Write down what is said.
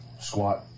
squat